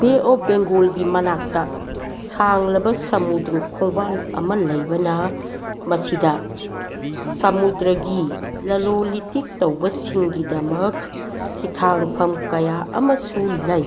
Bay of ꯕꯦꯡꯒꯣꯜꯒꯤ ꯃꯅꯥꯛꯇ ꯁꯥꯡꯂꯕ ꯁꯃꯨꯗ꯭ꯔꯨ ꯈꯣꯡꯕꯥꯜ ꯑꯃ ꯂꯩꯕꯅ ꯃꯁꯤꯗ ꯁꯃꯨꯗ꯭ꯔꯒꯤ ꯂꯂꯣꯟ ꯏꯇꯤꯛ ꯇꯧꯕꯁꯤꯡꯒꯤꯗꯃꯛ ꯍꯤꯊꯥꯡꯐꯝ ꯀꯌꯥ ꯑꯃꯁꯨ ꯂꯩ